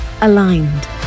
aligned